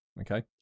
okay